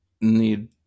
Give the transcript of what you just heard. need